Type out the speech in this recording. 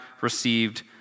received